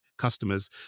Customers